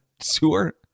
sewer